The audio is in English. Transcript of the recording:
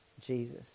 Jesus